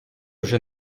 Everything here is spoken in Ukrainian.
вже